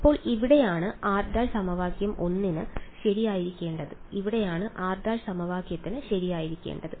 അപ്പോൾ ഇവിടെയാണ് r′ സമവാക്യം 1 ന് ശരിയായിരിക്കേണ്ടത് ഇവിടെയാണ് r′ സമവാക്യത്തിന് ശരിയായിരിക്കേണ്ടത്